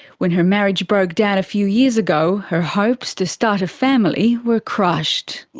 when her marriage broke down a few years ago, her hopes to start a family were crushed.